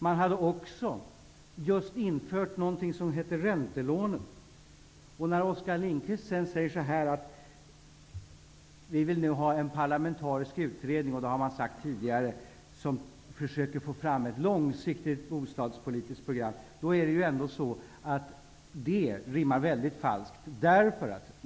Man hade också just infört något som hette räntelån. När Oskar Lindkvist sedan säger att man nu vill ha en parlamentarisk utredning för att få fram ett långsiktigt bostadspolitiskt program rimmar det väldigt falskt.